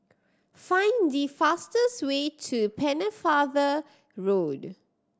find the fastest way to Pennefather Road